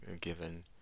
given